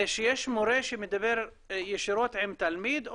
זה שיש מורה שמדבר ישירות עם תלמיד,